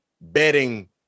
betting